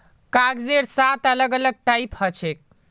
कागजेर सात अलग अलग टाइप हछेक